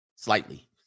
Slightly